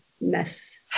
mess